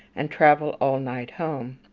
and travel all night home.